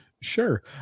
sure